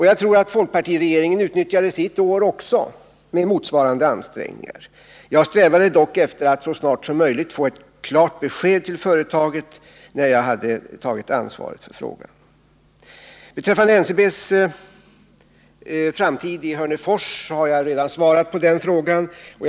Jag tror att folkpartiet utnyttjade sitt år också genom att göra motsvarande ansträngningar. Jag strävade dock efter att så snart som möjligt ge ett klart besked till företaget, när jag hade tagit ansvaret för frågan. Beträffande NCB:s framtid i Hörnefors, så har jag redan svarat på den ställda frågan.